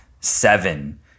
seven